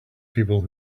people